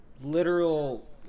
literal